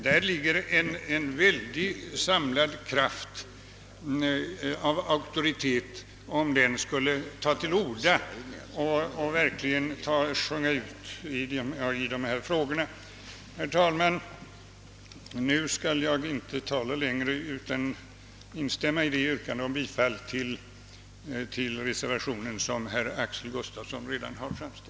Där finns en väldig samlad kraft av auktoritet om den skulle ta till orda och verkligen sjunga ut i dessa frågor. Herr talman! Nu skall jag inte tala längre, utan instämmer i det yrkande om bifall till reservationen som herr Axel Gustafsson redan har framställt.